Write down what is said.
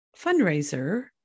fundraiser